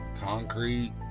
Concrete